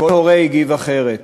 כל הורה הגיב אחרת: